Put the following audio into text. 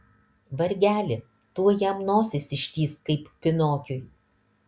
vargeli tuoj jam nosis ištįs kaip pinokiui